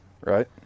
Right